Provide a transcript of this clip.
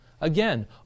Again